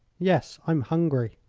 yes i'm hungry.